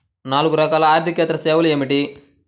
నాలుగు రకాల ఆర్థికేతర సేవలు ఏమిటీ?